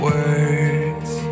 Words